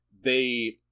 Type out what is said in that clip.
They-